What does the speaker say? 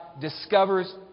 discovers